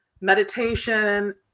meditation